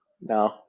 No